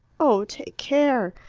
oh, take care!